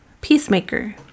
peacemaker